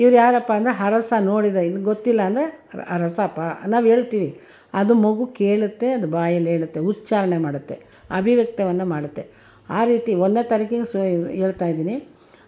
ಇವ್ರು ಯಾರಪ್ಪ ಅಂದರೆ ಅರಸ ನೋಡಿದ ಇದು ಗೊತ್ತಿಲ್ಲ ಅಂದರೆ ಅರಸ ನಾವು ಹೇಳ್ತೀವಿ ಅದು ಮಗು ಕೇಳುತ್ತೆ ಅದು ಬಾಯಲ್ಲಿ ಹೇಳುತ್ತೆ ಉಚ್ಛಾರಣೆ ಮಾಡುತ್ತೆ ಅಭಿವ್ಯಕ್ತವನ್ನು ಮಾಡುತ್ತೆ ಆ ರೀತಿ ಒಂದ್ನೇ ತಾರೀಕಿಂದ ಸಹ ಹೇಳ್ತಾಯಿದ್ದೀನಿ